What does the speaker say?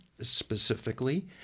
specifically